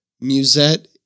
Musette